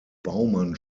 baumann